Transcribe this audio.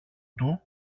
του